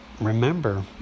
remember